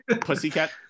pussycat